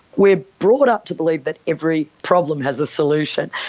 we are brought up to believe that every problem has a solution,